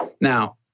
Now